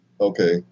Okay